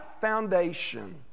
foundation